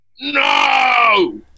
no